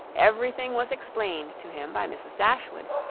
every thing was explained to him by mrs. dashwood,